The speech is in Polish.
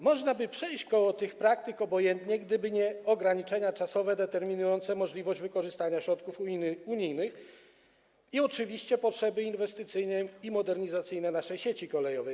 Można by przejść koło tych praktyk obojętnie, gdyby nie ograniczenia czasowe determinujące możliwość wykorzystania środków unijnych i oczywiście potrzeby inwestycyjne i modernizacyjne naszej sieci kolejowej.